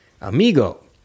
Amigo